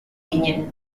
ginen